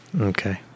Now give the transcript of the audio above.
Okay